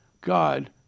God